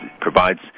provides